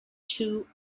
two